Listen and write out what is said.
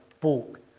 book